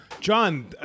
John